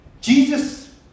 Jesus